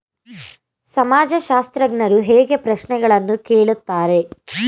ಸಮಾಜಶಾಸ್ತ್ರಜ್ಞರು ಹೇಗೆ ಪ್ರಶ್ನೆಗಳನ್ನು ಕೇಳುತ್ತಾರೆ?